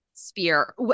Spear